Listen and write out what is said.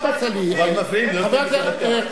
השאלה היא מה הממשלה שלא נמצאת כאן מבינה.